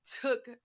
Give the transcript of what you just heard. took